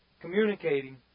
communicating